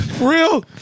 real